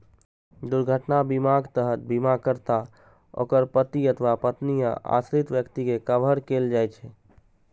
दुर्घटना बीमाक तहत बीमाकर्ता, ओकर पति अथवा पत्नी आ आश्रित व्यक्ति कें कवर कैल जाइ छै